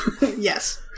Yes